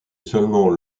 seulement